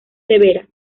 severa